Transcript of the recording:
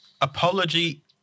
apology